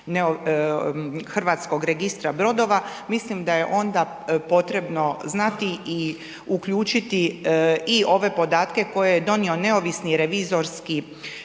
Hrvatskog registra brodova, mislim da je onda potrebno znati i uključiti i ove podatke koje je donio neovisni revizorski,